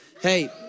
Hey